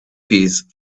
piece